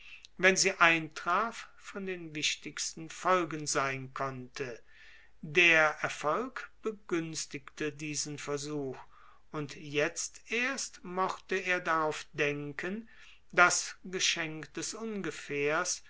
wenn sie eintraf von den wichtigsten folgen sein konnte der erfolg begünstigte diesen versuch und jetzt erst mochte er darauf denken das geschenk des ungefährs